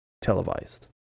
televised